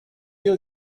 you